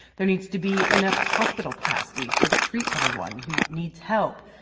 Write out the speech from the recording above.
there needs to be enough hospital capacity to treat everyone who needs help.